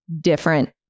different